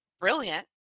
brilliant